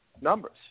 numbers